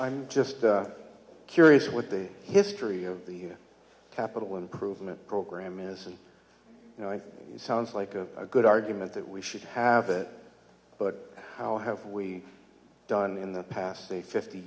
i'm just curious what the history of the capital improvement program is and you know it sounds like a good argument that we should have it but how have we done in the past the fifty